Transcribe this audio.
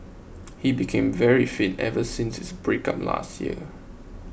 he became very fit ever since his breakup last year